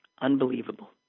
unbelievable